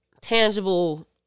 tangible